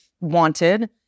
wanted